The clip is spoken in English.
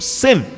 sin